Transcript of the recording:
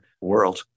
world